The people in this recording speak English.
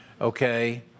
okay